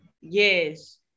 yes